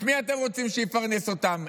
מי אתם רוצים שיפרנס אותם,